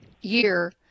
year